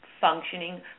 functioning